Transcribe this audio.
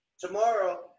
Tomorrow